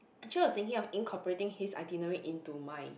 actually I was thinking of incorporating his itinerary into mine